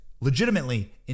legitimately